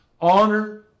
honor